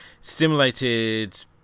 simulated